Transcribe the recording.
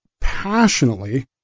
passionately